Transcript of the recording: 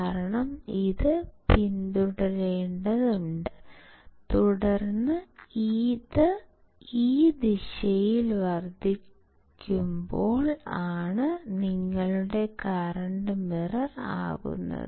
കാരണം ഇത് പിന്തുടരേണ്ടതുണ്ട് തുടർന്ന് ഇത് ഈ ദിശയിൽ വർദ്ധിക്കുമ്പോൾ ആണ് നിങ്ങളുടെ കറൻറ് മിറർ ആകുന്നത്